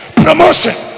promotion